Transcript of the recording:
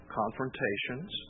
confrontations